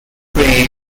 preyed